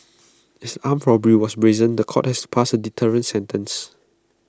as armed robbery was brazen The Court has pass A deterrent sentence